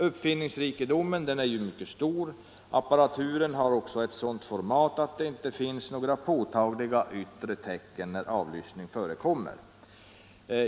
Uppfinningsrikedomen är stor, och apparaturen har också ett sådant format att det inte finns några påtagliga yttre tecken till att avlyssning förekommer.